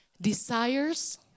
Desires